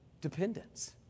dependence